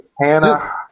Hannah